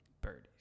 Birdies